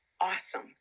awesome